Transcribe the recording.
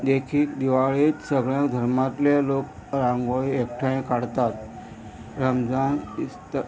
देखीक दिवाळेंत सगळ्या धर्मांतले लोक रांगोळी एकठांय काडतात रमजान इस्थ